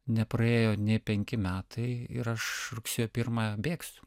nepraėjo nė penki metai ir aš rugsėjo pirma bėgsiu